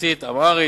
רוסית ואמהרית,